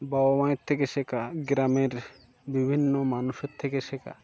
বাবা মায়ের থেকে শেখা গ্রামের বিভিন্ন মানুষের থেকে শেখা